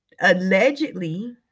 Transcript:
allegedly